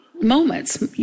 moments